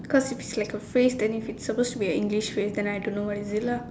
cause if it's like a phrase then if it's supposed to be an English phrase then I don't know what is it lah